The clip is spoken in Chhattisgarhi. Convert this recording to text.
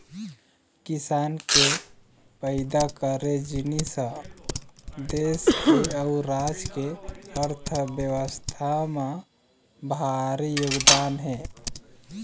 किसान के पइदा करे जिनिस ह देस के अउ राज के अर्थबेवस्था म भारी योगदान हे